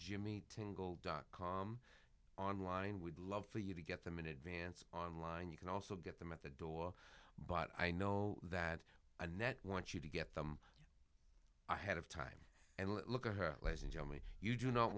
jimmy tingle dot com online we'd love for you to get them in advance on line you can also get them at the door but i know that annette want you to get them i head of time and look at her place and tell me you do not